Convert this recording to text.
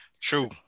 True